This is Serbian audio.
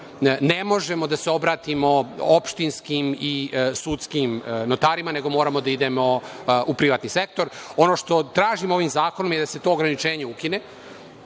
ne možemo da se obratimo opštinskim i sudskim notarima, nego moramo da idemo u privatni sektor. Ono što tražimo ovim zakonom je da se to ograničenje ukine